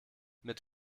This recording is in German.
mit